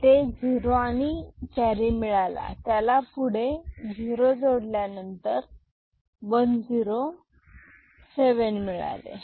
येथे झिरो आणि कॅरी मिळाला त्याला पुढे झिरो जोडल्यानंतर 1 0 7 मिळाले